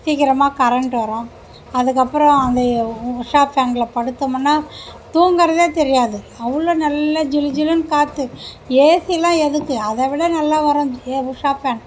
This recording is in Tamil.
சீக்கிரமா கரண்ட் வரும் அதுக்கப்புறம் அந்த உஷா ஃபேனில் படுத்தோமுன்னா தூங்குவதே தெரியாது அவ்வளோ நல்லா ஜிலு ஜிலுன்னு காற்று ஏசிலாம் எதுக்கு அதைவிட நல்லா வரும் உஷா ஃபேன்